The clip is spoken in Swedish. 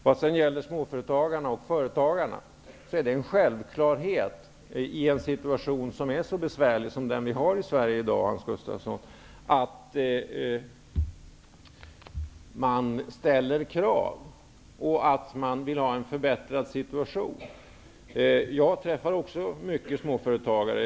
Vad sedan gäller småföretagarna och företagarna i övrigt är det en självklarhet i en situation som är så besvärlig som den som råder i Sverige i dag, Hans Gustafsson, att de ställer krav och vill ha en förbättrad situation. Också jag träffar många småföretagare.